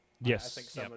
Yes